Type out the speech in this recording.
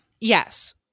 yes